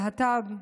להט"ב,